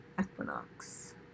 Equinox